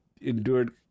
endured